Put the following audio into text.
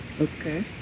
Okay